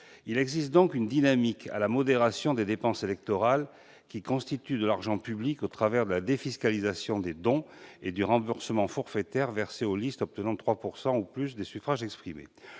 Il existe donc une dynamique à la modération des dépenses électorales qui constituent de l'argent public au travers de la défiscalisation des dons et du remboursement forfaitaire versé aux listes obtenant 3 % ou plus des suffrages exprimés.